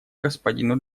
господину